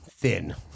Thin